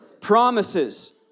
promises